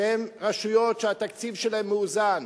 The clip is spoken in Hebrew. שהן רשויות שהתקציב שלהן מאוזן,